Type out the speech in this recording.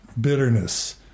bitterness